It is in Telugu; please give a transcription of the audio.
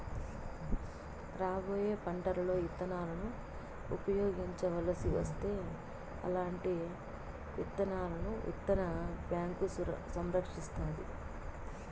రాబోయే పంటలలో ఇత్తనాలను ఉపయోగించవలసి వస్తే అల్లాంటి విత్తనాలను విత్తన బ్యాంకు సంరక్షిస్తాది